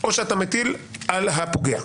או שאתה מטיל על הפוגע.